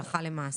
הלכה למעשה.